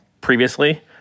previously